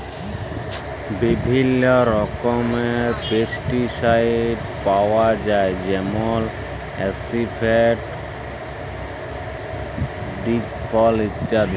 বিভিল্ল্য রকমের পেস্টিসাইড পাউয়া যায় যেমল আসিফেট, দিগফল ইত্যাদি